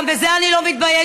גם בזה אני לא מתביישת,